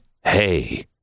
Hey